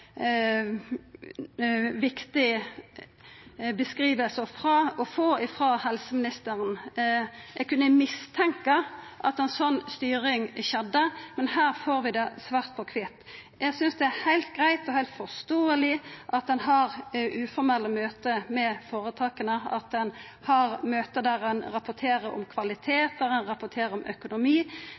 viktig beskriving å få frå helseministeren. Eg kunne mistenkja at slik styring skjedde, men her får vi det svart på kvitt. Eg synest det er heilt greitt og heilt forståeleg at ein har uformelle møte med føretaka, at ein har møte der ein rapporterer om kvalitet, der ein rapporterer om økonomi,